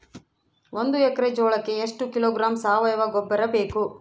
ಒಂದು ಎಕ್ಕರೆ ಜೋಳಕ್ಕೆ ಎಷ್ಟು ಕಿಲೋಗ್ರಾಂ ಸಾವಯುವ ಗೊಬ್ಬರ ಬೇಕು?